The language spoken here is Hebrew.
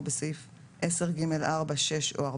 באמצעות החלופות הקבועות בתקנת משנה (א)(1) עד (3).